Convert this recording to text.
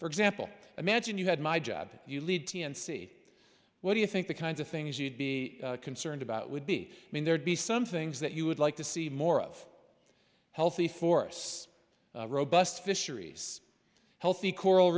for example imagine you had my job you lead t n c what do you think the kinds of things you'd be concerned about would be mean there'd be some things that you would like to see more of healthy forests robust fisheries healthy coral